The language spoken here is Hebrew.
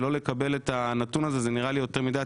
לא לקבל את הנתון הזה זה נראה לי יותר מדי זמן.